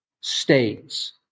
states